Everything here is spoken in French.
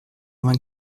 vingt